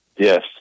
Yes